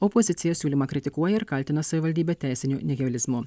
opozicija siūlymą kritikuoja ir kaltina savivaldybę teisiniu nihilizmu